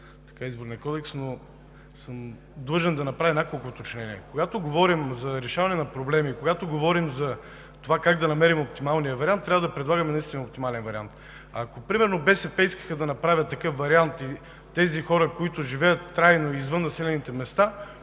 по Изборния кодекс, но съм длъжен да направя няколко уточнения. Когато говорим за решаване на проблеми и когато говорим за това как да намерим оптималния вариант, трябва да предлагаме наистина оптимален вариант. Ако, примерно, БСП искаха да направят такъв вариант и тези хора, които живеят трайно извън населените места,